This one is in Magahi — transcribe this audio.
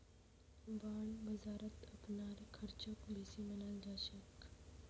बांड बाजारत अपनार ख़र्चक बेसी मनाल जा छेक